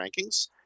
rankings